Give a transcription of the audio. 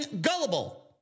gullible